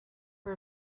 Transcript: for